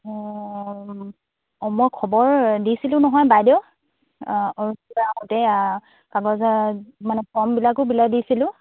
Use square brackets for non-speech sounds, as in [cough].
অঁ মই খবৰ দিছিলোঁ নহয় বাইদেউ [unintelligible] মানে ফৰ্মবিলাকো বিলাই দিছিলোঁ